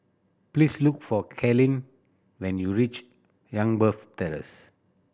please look for Kalyn when you reach Youngberg Terrace